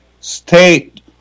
state